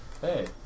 hey